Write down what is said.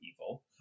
evil